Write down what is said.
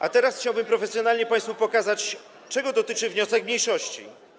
A teraz chciałbym profesjonalnie państwu pokazać, czego dotyczy wniosek mniejszości.